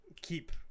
keep